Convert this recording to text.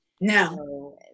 No